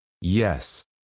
Yes